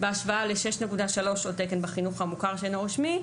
בהשוואה ל-6.3 שעות תקן בחינוך המוכר שאינו רשמי,